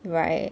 right